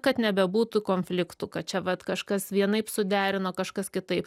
kad nebebūtų konfliktų kad čia vat kažkas vienaip suderino kažkas kitaip